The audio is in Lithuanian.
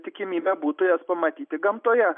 tikimybė būtų jas pamatyti gamtoje